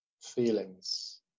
feelings